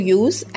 use